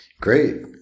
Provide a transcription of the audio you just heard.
Great